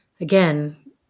Again